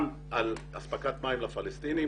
גם על אספקת מים לפלסטינים,